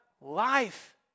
life